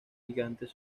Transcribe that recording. gigantes